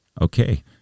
okay